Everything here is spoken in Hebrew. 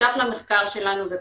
שותף למחקר שלנו הוא פרופ'